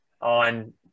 on